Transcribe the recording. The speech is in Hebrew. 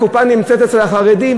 הקופה נמצאת אצל החרדים,